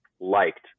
liked